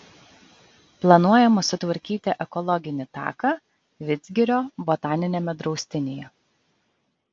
planuojama sutvarkyti ekologinį taką vidzgirio botaniniame draustinyje